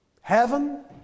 Heaven